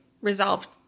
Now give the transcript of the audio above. resolved